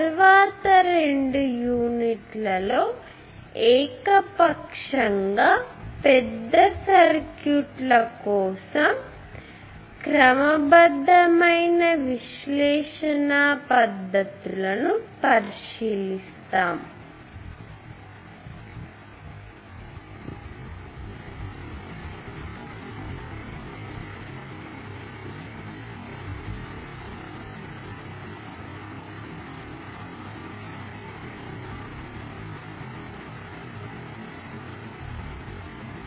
తరువాతి రెండు యూనిట్లలో ఏకపక్షంగా పెద్ద సర్క్యూట్ల కోసం క్రమబద్ధమైన విశ్లేషణ పద్ధతులను పరిశీలిస్తాము